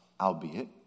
Albeit